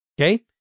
okay